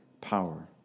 power